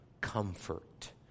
comfort